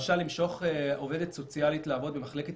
למשל למשוך עובדת סוציאלית לעבוד במחלקת